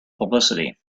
publicity